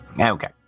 Okay